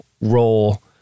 role